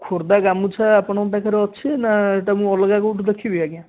ଖୋର୍ଦ୍ଧା ଗାମୁଛା ଆପଣଙ୍କ ପାଖରେ ଅଛି ନା ସେଇଟା ମୁଁ ଅଲଗା କେଉଁଠୁ ଦେଖିବି ଆଜ୍ଞା